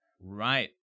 right